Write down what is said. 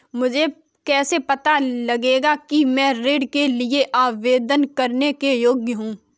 मुझे कैसे पता चलेगा कि मैं ऋण के लिए आवेदन करने के योग्य हूँ?